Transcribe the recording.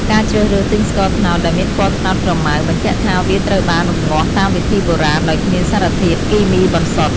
ការជ្រើសរើសទិញស្ករត្នោតដែលមានពណ៌ត្នោតក្រមៅ បញ្ជាក់ថាវាត្រូវបានរំងាស់តាមវិធីបុរាណដោយគ្មានសារធាតុគីមីបន្សុទ្ធ។